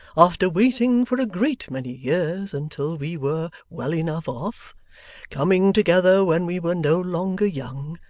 after waiting for a great many years, until we were well enough off coming together when we were no longer young,